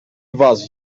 was